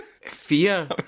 Fear